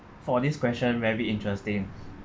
for this question very interesting